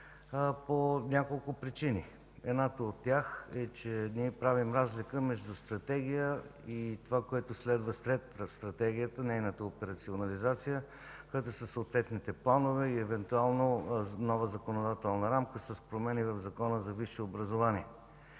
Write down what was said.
по няколко причини. Едната от тях е, че ние правим разлика между Стратегия и това, което следва след Стратегията – нейната операционализация, което са съответните планове и евентуално нова законодателна рамка с промени в Закона за висшето образование.